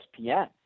ESPN